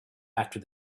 after